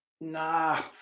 nah